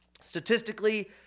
Statistically